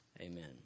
Amen